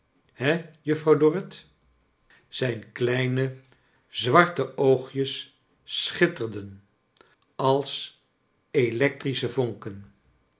he juffrouw dorrit zijn kleine zwarte oogjes sohitterden als eleotrische vonken